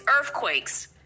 earthquakes